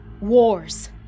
Wars